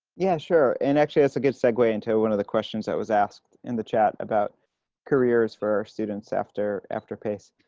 yeah, sure. and actually that's a good segue into one of the questions that was asked in the chat about careers for our students after after pace.